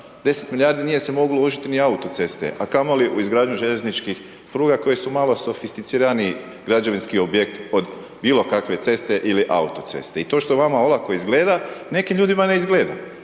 10 milijardi nije se moglo uložiti ni u autoceste a kamoli u izgradnju željezničkih pruga koje su malo sofisticiraniji građevinski objekt od bilo kakve ceste ili autoceste. I to što vama olako izgleda, nekim ljudima ne izgleda.